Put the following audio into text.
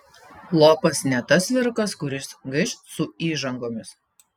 lopas ne tas vyrukas kuris gaiš su įžangomis